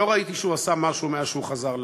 לא ראיתי שהוא עשה משהו מאז שהוא חזר לארץ.